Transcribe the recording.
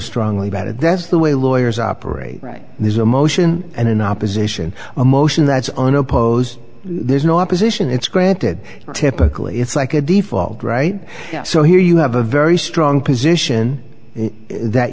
strongly about it that's the way lawyers operate right there's a motion and an opposition a motion that's unopposed there's no opposition it's granted typically it's like a default right so here you have a very strong position that